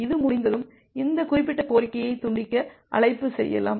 இது முடிந்ததும் இந்த குறிப்பிட்ட கோரிக்கையைத் துண்டிக்க அழைப்பு செய்யலாம்